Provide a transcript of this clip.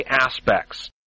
Aspects